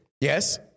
yes